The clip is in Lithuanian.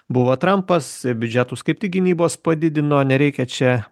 buvo trampas biudžetus kaip tik gynybos padidino nereikia čia